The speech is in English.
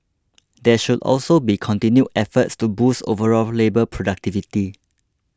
there should also be continued efforts to boost overall labour productivity